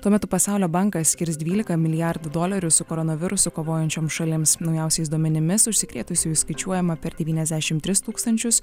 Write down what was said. tuo metu pasaulio bankas skirs dvylika milijardų dolerių su koronavirusu kovojančioms šalims naujausiais duomenimis užsikrėtusiųjų skaičiuojama per devyniasdešim tris tūkstančius